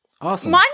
Awesome